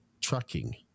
trucking